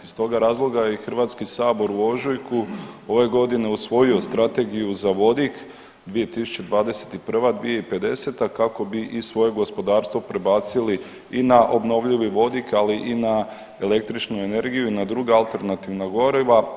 Iz toga razloga je HS u ožujku ove godine usvojio Strategiju za vodik 2021.-2050. kako bi svoje gospodarstvo prebacili i na obnovljivi vodik, ali i na električnu energiju i na druga alternativna goriva.